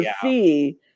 see